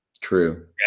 True